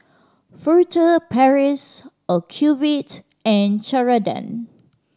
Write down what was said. Furtere Paris Ocuvite and Ceradan